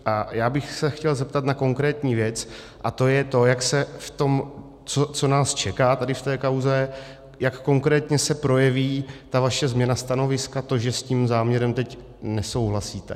A já bych se chtěl zeptat na konkrétní věc, a to je to, jak se v tom, co nás čeká v této kauze, konkrétně projeví ta vaše změna stanoviska, to, že s tím záměrem teď nesouhlasíte.